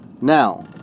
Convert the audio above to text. Now